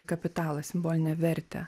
kapitalą simbolinę vertę